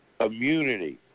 immunity